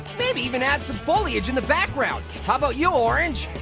maybe even add some foliage in the background. how about you, orange?